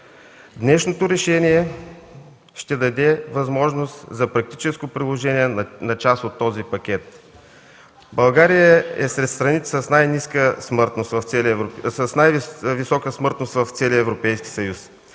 Днешното решение ще даде възможност за практическо приложение на част от този пакет. България е сред страните с най-висока смъртност в целия Европейски съюз.